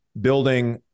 building